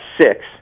six